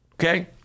okay